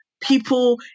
people